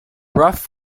ruff